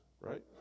right